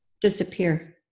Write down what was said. disappear